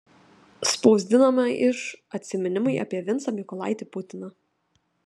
spausdinama iš atsiminimai apie vincą mykolaitį putiną